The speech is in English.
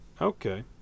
Okay